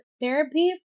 therapy